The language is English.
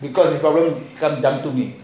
because the problem come to me